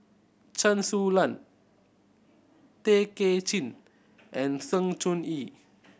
Chen Su Lan Tay Kay Chin and Sng Choon Yee